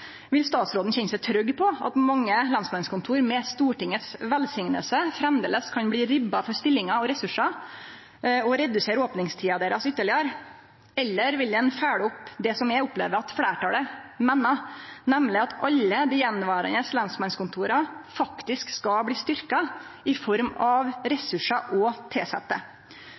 Vil statsråden kjenne seg trygg på at mange lensmannskontor med Stortingets velsigning framleis kan bli ribba for stillingar og ressursar, og redusere opningstida deira ytterlegare? Eller vil han følgje opp det som eg opplever at fleirtalet meiner, nemleg at alle dei attverande lensmannskontora faktisk skal bli styrkte i form av ressursar og tilsette?